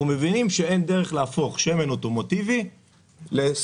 מבינים שאין דרך להפוך שמן אוטומוטיבי לסולר.